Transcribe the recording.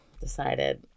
decided